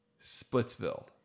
Splitsville